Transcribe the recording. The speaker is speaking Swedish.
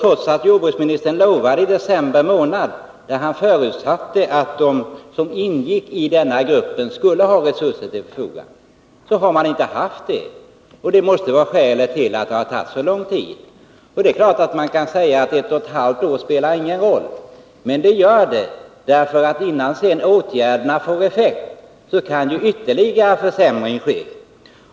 Trots att jordbruksministern i december månad förutsatte att de som ingick i gruppen skulle ha resurser till sitt förfogande, har det saknats resurser. Detta måste vara skälet till att det har tagit så lång tid. Det är klart att man kan säga att ett och ett halvt år inte spelar någon roll. Men det gör det, ty innan åtgärderna får effekt, kan det bli en ytterligare försämring.